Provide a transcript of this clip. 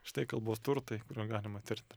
štai kalbos turtai kuriuo galima tirti